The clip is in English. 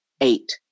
eight